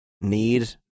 need